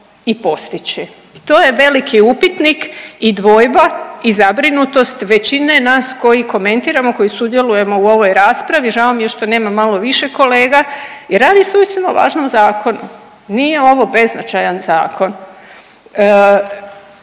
i postići i to je veliki upitnik i dvojba i zabrinutost većine nas koji komentiramo, koji sudjelujemo u ovoj raspravi, žao mi je što nema malo više kolega jer radi se uistinu o važnom zakonu. Nije ovo beznačajan zakon.